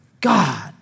God